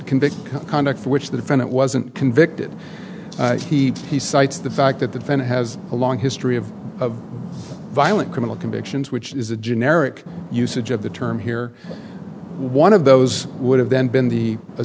convict conduct which the defendant wasn't convicted he cites the fact that the defendant has a long history of violent criminal convictions which is a generic usage of the term here one of those would have then been the